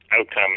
outcome